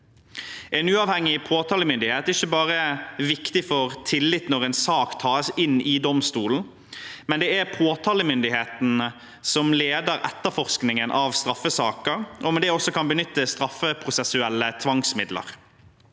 En uavhengig påtalemyndighet er ikke bare viktig for tilliten når en sak tas inn i domstolen, det er også påtalemyndigheten som leder etterforskningen av straffesaker og med det også kan benytte straffeprosessuelle tvangsmidler.